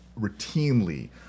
routinely